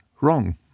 wrong